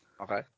Okay